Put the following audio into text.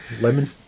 Lemon